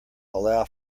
allow